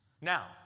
Now